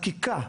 דרך אגב,